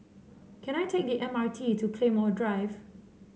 can I take the M R T to Claymore Drive